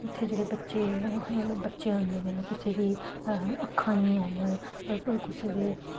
उत्थें जेह्ड़े बच्चे होंदे न कुसै दे अक्खां निं हैन कुसै दे